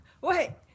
Wait